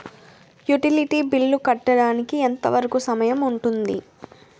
Utility bill కట్టడానికి ఎంత వరుకు సమయం ఉంటుంది?